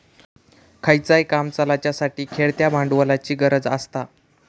खयचाय काम चलाच्यासाठी खेळत्या भांडवलाची गरज आसता